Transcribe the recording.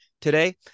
Today